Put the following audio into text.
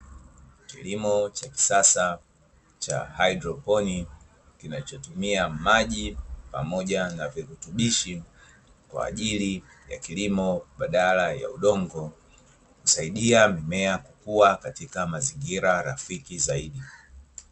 Kilimo cha kisasa cha haidroponi kinachotumia maji pamoja na virutubishi kwa ajili ya kilimo, badala ya udongo husaidia mimea kukua katika mazingira rafiki zaidi.